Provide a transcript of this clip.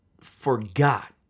forgot